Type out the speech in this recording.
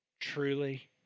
Truly